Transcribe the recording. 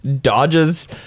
dodges